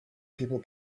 people